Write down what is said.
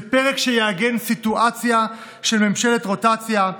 זה פרק שיעגן סיטואציה של ממשלת רוטציה,